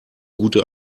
gute